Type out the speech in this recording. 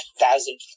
thousand